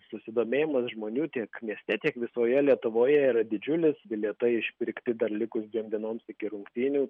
susidomėjimas žmonių tiek mieste tiek visoje lietuvoje yra didžiulis bilietai išpirkti dar likus dviem dienoms iki rungtynių